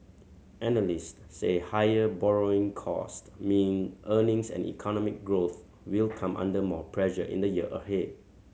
analyst say higher borrowing cost mean earnings and economic growth will come under more pressure in the year ahead